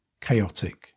chaotic